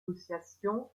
négociations